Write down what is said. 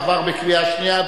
עברה בקריאה שנייה.